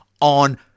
on